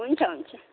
हुन्छ हुन्छ